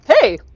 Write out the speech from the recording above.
Hey